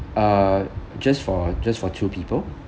uh just for just for two people